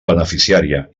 beneficiària